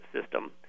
system